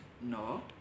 No